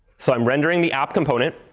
so i'm rendering the app component.